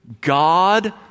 God